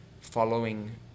following